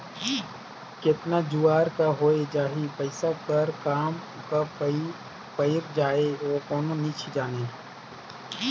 केतना जुवार का होए जाही, पइसा कर काम कब पइर जाही, कोनो नी जानें